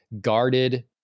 guarded